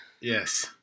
Yes